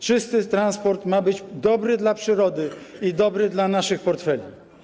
Czysty transport ma być dobry dla przyrody i dobry dla naszych portfeli.